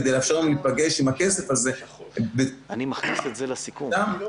כדי לאפשר להם להיפגש עם הכסף הזה כמה שיותר מוקדם,